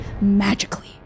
magically